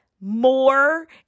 more